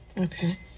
Okay